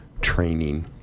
training